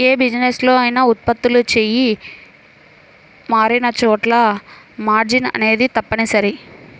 యే బిజినెస్ లో అయినా ఉత్పత్తులు చెయ్యి మారినచోటల్లా మార్జిన్ అనేది తప్పనిసరి